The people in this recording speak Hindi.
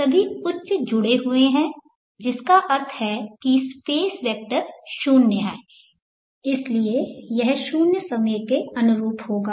सभी उच्च जुड़े हुए हैं जिसका अर्थ है कि स्पेस वेक्टर 0 है इसलिए यह शून्य समय के अनुरूप होगा